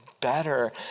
better